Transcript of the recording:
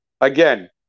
Again